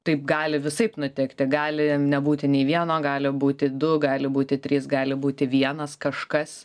taip gali visaip nutikti gali nebūti nei vieno gali būti du gali būti trys gali būti vienas kažkas